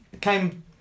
came